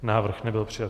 Návrh nebyl přijat.